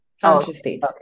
Country-state